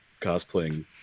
cosplaying